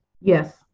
Yes